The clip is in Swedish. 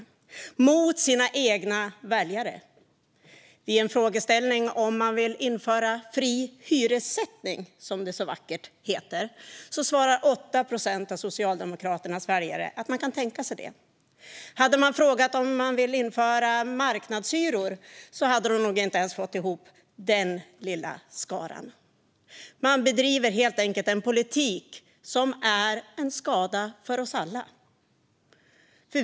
De går mot sina egna väljare. I en frågeställning om man vill införa fri hyressättning, som det så vackert heter, svarar 8 procent av Socialdemokraternas väljare att de kan tänka sig det. Hade man ställt en fråga om de vill införa marknadshyror hade man nog inte ens fått ihop den lilla skaran. Man bedriver helt enkelt en politik som är till skada för oss alla.